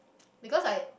because like